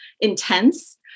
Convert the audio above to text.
intense